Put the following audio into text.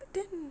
then